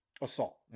assault